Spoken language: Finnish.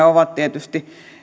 ovat tietysti